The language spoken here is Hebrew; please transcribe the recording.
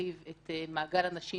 שתרחיב את מעגל הנשים